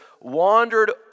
wandered